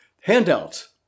handouts